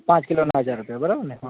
પાંચ કિલોના હજાર રૂપિયા બરાબર ને